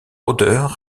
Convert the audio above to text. odeur